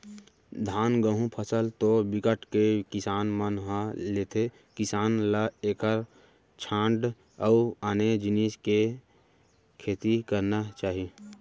धान, गहूँ फसल तो बिकट के किसान मन ह लेथे किसान ल एखर छांड़ अउ आने जिनिस के खेती करना चाही